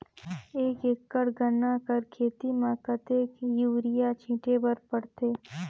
एक एकड़ गन्ना कर खेती म कतेक युरिया छिंटे बर पड़थे?